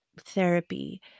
therapy